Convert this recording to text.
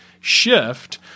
shift